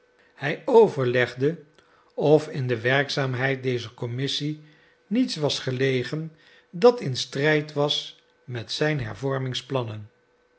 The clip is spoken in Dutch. hij overlegde of in de werkzaamheid dezer commissie niets was gelegen dat in strijd was met zijn hervormingsplannen